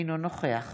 אינו נוכח